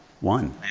One